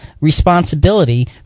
responsibility